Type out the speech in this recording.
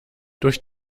durch